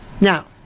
now